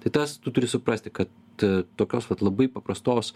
tai tas tu turi suprasti kad tokios vat labai paprastos